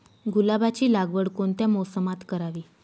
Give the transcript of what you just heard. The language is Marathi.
गुलाबाची लागवड कोणत्या मोसमात करावी?